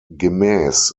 gemäß